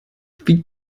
wie